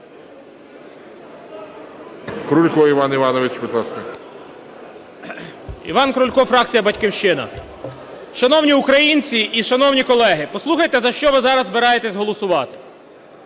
Крулько Іван Іванович, будь ласка. 11:48:54 КРУЛЬКО І.І. Іван Крулько, фракція "Батьківщина". Шановні українці і шановні колеги, послухайте, за що ви зараз збираєтеся голосувати.